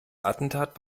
attentat